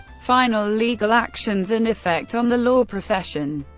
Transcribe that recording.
final legal actions and effect on the law profession